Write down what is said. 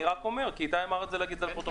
אני רק אומר, כי איתי אמר להגיד את זה לפרוטוקול.